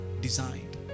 designed